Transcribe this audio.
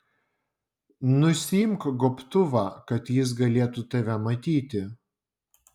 nusiimk gobtuvą kad jis galėtų tave matyti